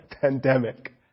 pandemic